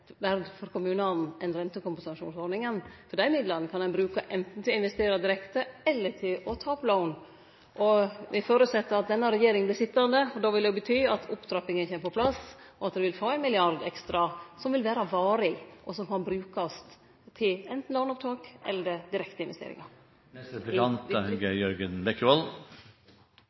for kommunane enn rentekompensasjonsordninga, for dei midlane kan dei bruke enten til å investere direkte, eller til å ta opp lån. Me føreset at denne regjeringa vert sitjande. Det vil bety at opptrappinga kjem på plass, og at dei vil få 1 mrd. kr ekstra, som vil vere varig, og som kan brukast enten til låneopptak, eller